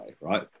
right